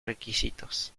requisitos